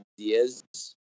ideas